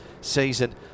season